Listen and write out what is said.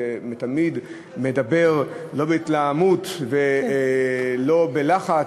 ותמיד מדבר לא בהתלהמות ולא בלחץ.